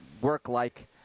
work-like